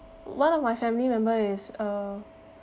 one of my family member is uh